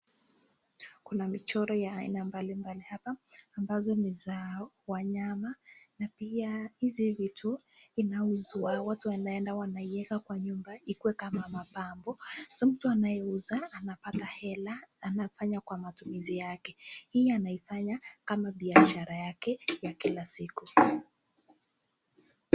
Kuna michoro ya aina mbalimbali hapa, ambazo ni za wanyama na pia, hizi vitu inauzwa watu wanaenda wanaiweka kwa nyumba ikuwe kama mapambo. Sasa mtu anayeuza anapata hela, anafanya kwa matumizi yake. Hii anaifanya kama biashara yake ya kila siku.